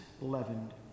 leavened